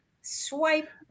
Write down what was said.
Swipe